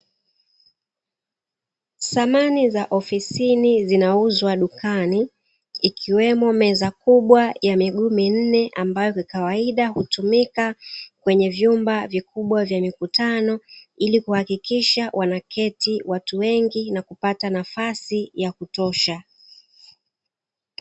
Samani za ofisini zinauzwa dukani ikiwemo meza kubwa ya miguu minne, ambayo kawaida hutumika kwenye vyumba vikubwa vya mikutano, ili kuhakikisha wanaketi watu wengi na kupata sehemu ya kutosha.